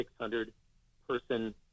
600-person